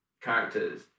characters